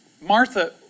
Martha